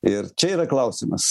ir čia yra klausimas